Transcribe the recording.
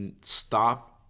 stop